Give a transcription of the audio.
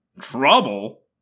Trouble